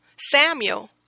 Samuel